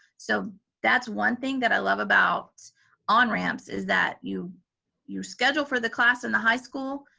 so that's one thing that i love about onramps is that you you schedule for the class in the high school,